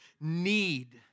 need